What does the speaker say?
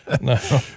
No